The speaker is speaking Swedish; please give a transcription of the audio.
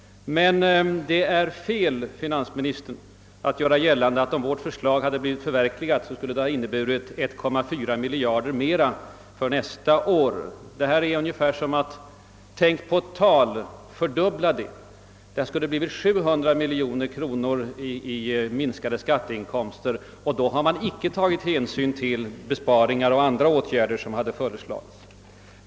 Men: det är felaktigt att göra gällande, herr finansminister, att förverkligandet av vårt förslag skulle ha inneburit 1,4 miljard kronor i ökade utgifter för nästa år. Det resonemanget är ungefär som leken »Tänk på ett tal, fördubbla det». Det skulle i själva verket ha blivit 700 miljoner kronor i minskade skatteinkomster, och då har man inte tagit hänsyn till de besparingsåtgärder som vi föreslagit.